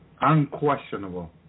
unquestionable